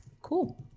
cool